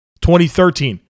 2013